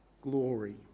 glory